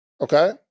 okay